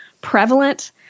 prevalent